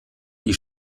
die